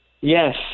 Yes